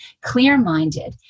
clear-minded